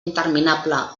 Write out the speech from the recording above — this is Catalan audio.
interminable